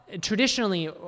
traditionally